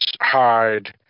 hide